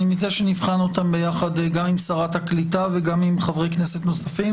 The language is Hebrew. אני מציע שנבחן אותם ביחד גם עם שרת הקליטה וגם עם חברי כנסת נוספים,